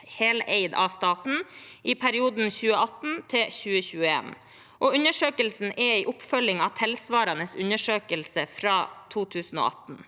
heleid av staten i perioden 2018–2021, og undersøkelsen er en oppfølging av en tilsvarende undersøkelse fra 2018.